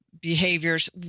behaviors